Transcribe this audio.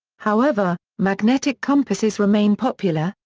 however, magnetic compasses remain popular,